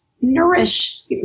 nourish